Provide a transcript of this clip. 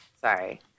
Sorry